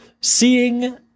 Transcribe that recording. seeing